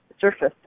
surface